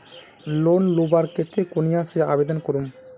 Loan लुबार केते कुनियाँ से आवेदन करूम?